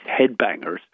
headbangers